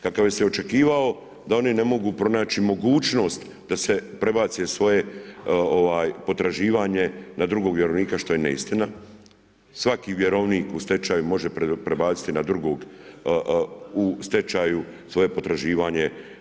Kakav je se i očekivao, da oni ne mogu pronaći mogućnost da prebace potraživanje na drugog vjerovnika što je neistina, svaki vjerovnik u stečaju može prebaciti na drugog u stečaju svoje potraživanje.